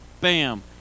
bam